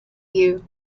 you